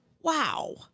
Wow